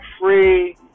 free